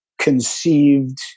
conceived